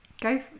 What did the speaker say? Go